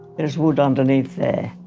there's wood underneath there.